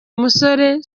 umusore